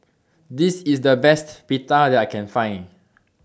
This IS The Best Pita that I Can Find